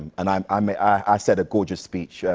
and um i mean i said a gorgeous speech.